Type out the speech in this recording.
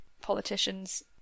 politicians